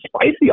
spicy